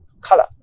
color